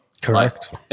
Correct